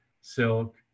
silk